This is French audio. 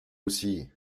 aussi